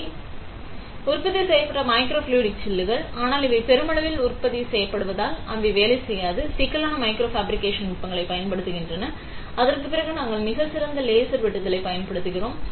இவை வெகுஜன உற்பத்தி செய்யப்பட்ட மைக்ரோஃப்ளூய்டிக் சில்லுகள் ஆனால் இவை பெருமளவில் உற்பத்தி செய்யப்படுவதால் அவை வேலை செய்யாது சிக்கலான மைக்ரோ ஃபேப்ரிகேஷன் நுட்பங்களைப் பயன்படுத்துகின்றன அதற்குப் பதிலாக நாங்கள் மிகச் சிறந்த லேசர் வெட்டுதலைப் பயன்படுத்துகிறோம்